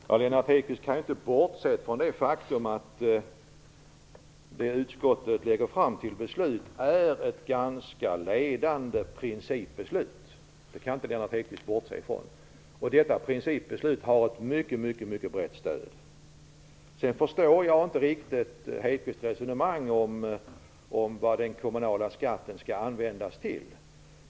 Fru talman! Lennart Hedquist kan inte bortse från det faktum att det utskottet lägger fram till beslut är ett ganska ledande principbeslut. Detta principbeslut har ett mycket brett stöd. Sedan förstår jag inte riktigt Hedquists resonemang om vad den kommunala skatten skall användas till.